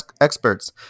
experts